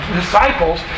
disciples